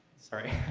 sorry.